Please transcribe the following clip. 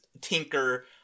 Tinker